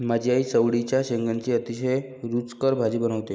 माझी आई चवळीच्या शेंगांची अतिशय रुचकर भाजी बनवते